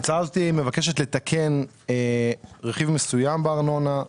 ההצעה הזו מבקשת לתקן רכיב מסוים בארנונה;